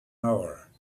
hour